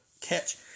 catch